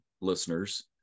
listeners